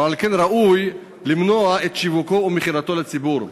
ועל כן ראוי למנוע את שיווקם ומכירתם לציבור.